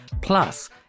Plus